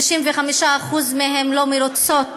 65% מהן לא מרוצות